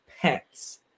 pets